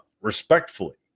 Respectfully